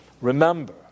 Remember